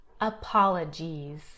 apologies